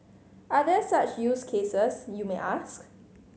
are there such use cases you may ask